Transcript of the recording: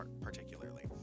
particularly